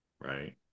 Right